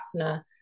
asana